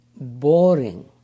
boring